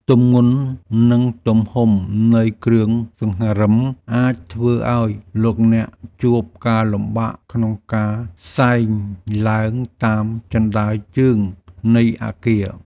ទម្ងន់និងទំហំនៃគ្រឿងសង្ហារិមអាចធ្វើឱ្យលោកអ្នកជួបការលំបាកក្នុងការសែងឡើងតាមជណ្ដើរជើងនៃអគារ។